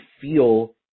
feel